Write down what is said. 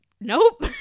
Nope